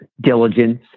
diligence